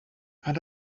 and